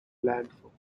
landfill